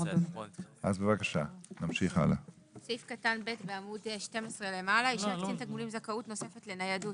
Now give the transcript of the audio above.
(ב)אישר קצין תגמולים זכאות נוספת לניידות